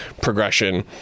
progression